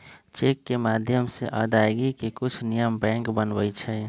cheque के माध्यम से अदायगी के कुछ नियम बैंक बनबई छई